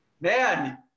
man